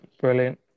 brilliant